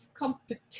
Competition